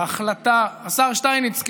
השר שטייניץ,